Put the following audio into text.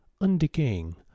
undecaying